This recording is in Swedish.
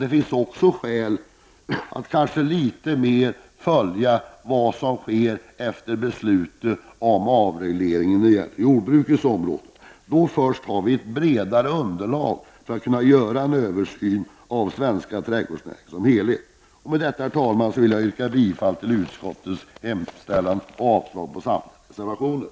Det finns också skäl att följa vad som sker efter beslutet om avreglering på jordbrukets område. Då först har vi ett bredare underlag, så att vi kan göra en översyn av den svenska trädgårdsnäringen som helhet. Med detta, herr talman, vill jag yrka bifall till utskottets hemställan och avslag på samtliga reservationer.